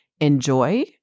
enjoy